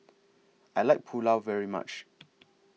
I like Pulao very much